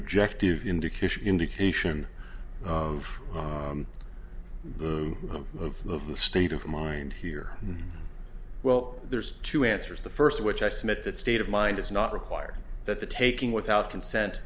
objective indication indication of the of the of the state of mind here well there's two answers the first of which i submit that state of mind is not required that the taking without consent